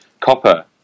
copper